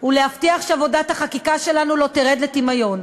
ולהבטיח שעבודת החקיקה שלנו לא תרד לטמיון.